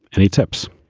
any tips?